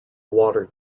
water